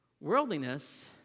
Worldliness